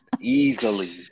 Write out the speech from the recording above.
Easily